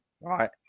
right